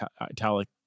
italic